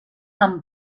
amb